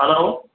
hello